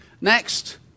Next